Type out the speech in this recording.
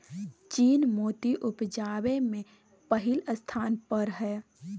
चीन मोती उपजाबै मे पहिल स्थान पर छै